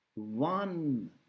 One